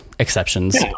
Exceptions